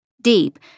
deep